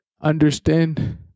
understand